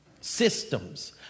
systems